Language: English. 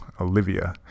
Olivia